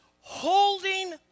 holding